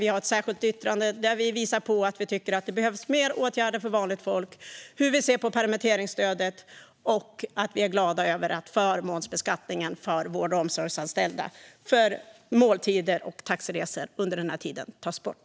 Vi har ett särskilt yttrande om att vi tycker att det behövs fler åtgärder för vanligt folk, hur vi ser på permitteringsstödet och att vi är glada över att förmånsbeskattningen av måltider och taxiresor för vård och omsorgsanställda under den här tiden tas bort.